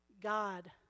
God